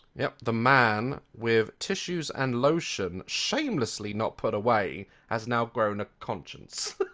yep. the man with tissues and lotion shamelessly not put away has now grown a conscience